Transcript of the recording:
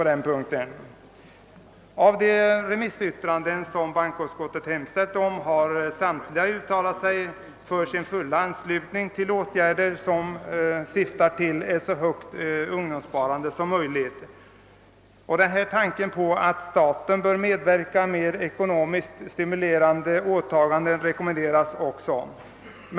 De remissorgan som bankoutskottet har vänt sig till har samtliga uttalat sin fulla anslutning till åtgärder som syftar till ett så högt ungdomssparande som möjligt. Att staten skulle medverka med ekonomiskt stimulerande åtaganden rekommenderas också.